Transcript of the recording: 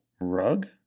rug